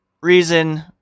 reason